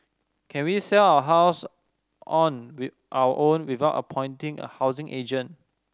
can we sell our house on our own without appointing a housing agent